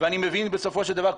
ואני מבין בסופו של דבר,